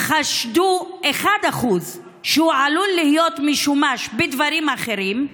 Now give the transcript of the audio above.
היו חושדים ב-1% שהוא עלול להיות בשימוש בדברים אחרים,